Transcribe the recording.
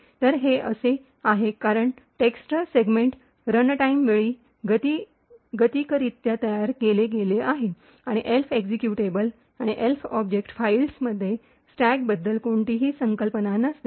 तर हे असे आहे कारण टेक्स्ट सेगमेंट रनटाइमवेळी गतिकरित्या तयार केले गेले आहे आणि एल्फ एक्झिक्युटेबल आणि एल्फ ऑब्जेक्ट फाइल्समध्ये स्टॅकबद्दल कोणतीही कल्पना नसते